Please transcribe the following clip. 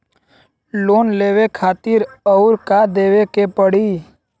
Loan लेवे खातिर अउर का देवे के पड़ी?